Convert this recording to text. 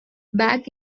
back